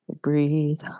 Breathe